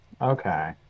Okay